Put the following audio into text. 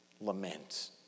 lament